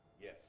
Yes